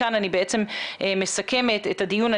כאן אני בעצם מסכמת את הדיון.